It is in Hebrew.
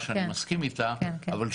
אגב,